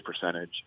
percentage